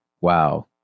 Wow